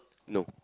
no